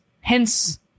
hence